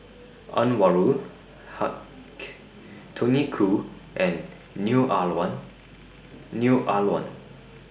Anwarul Haque Tony Khoo and Neo Ah Luan